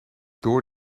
door